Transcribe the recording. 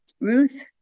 Ruth